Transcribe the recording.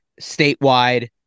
statewide